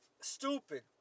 stupid